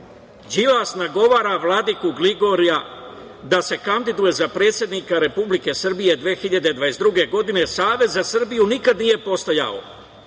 Đilas nagovara vladiku Gligorija da se kandiduje za predsednika Republike Srbije 2022. godine, Savez za Srbiju nikad nije postojao.